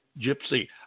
Gypsy